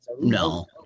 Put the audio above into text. No